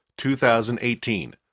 2018